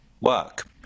work